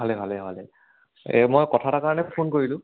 ভালে ভালে ভালেই এই মই কথা এটাৰ কাৰণে ফোন কৰিলোঁ